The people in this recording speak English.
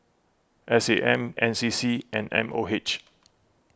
S A M N C C and M O H